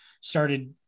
started